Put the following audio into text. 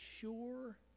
sure